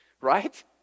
right